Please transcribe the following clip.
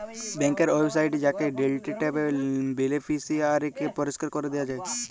ব্যাংকের ওয়েবসাইটে যাঁয়ে ডিলিট ট্যাবে বেলিফিসিয়ারিকে পরিষ্কার ক্যরে দিয়া যায়